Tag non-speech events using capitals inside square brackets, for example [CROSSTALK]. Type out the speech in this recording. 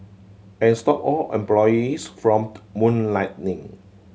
and stop all [UNINTELLIGIBLE] employees from [UNINTELLIGIBLE] moonlighting